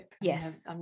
Yes